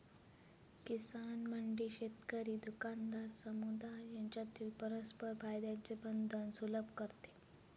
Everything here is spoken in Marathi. किसान मंडी शेतकरी, दुकानदार, समुदाय यांच्यातील परस्पर फायद्याचे बंधन सुलभ करते